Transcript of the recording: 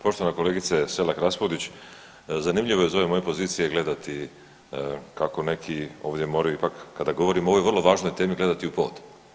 Poštovana kolegice Selak Raspudić zanimljivo je iz ove moje pozicije gledati kako neki ovdje moraju ipak kada govorimo o ovoj vrlo važnoj temi gledati u pod.